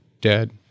dead